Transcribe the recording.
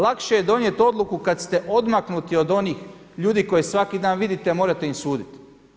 Lakše je donijeti odluku kad ste odmaknuti od onih ljudi koje svaki dan vidite a morate im suditi.